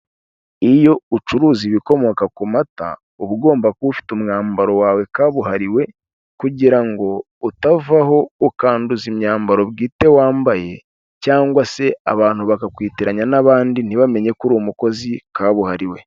Iyo ucuruza ibikomoka ku mata, uba ugomba kuba ufite umwambaro wawe kabuhariwe kugira ngo utavaho ukanduza imyambaro bwite wambaye cyangwa se abantu bakakwitiranya n'abandi ntibamenye ko uri umukozi kabuhariwe.